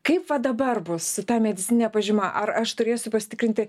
kaip va dabar bus su ta medicinine pažyma ar aš turėsiu pasitikrinti